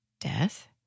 death